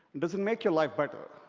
does it make your life better?